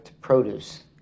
produce